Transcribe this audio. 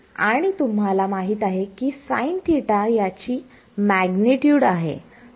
आणि तुम्हाला माहिती आहे की sin θ याची मॅग्नेट्यूड आहे